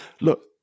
look